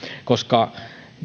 koska